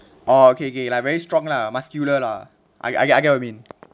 orh okay okay like very strong lah muscular lah I get I get what you mean